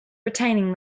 retaining